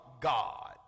God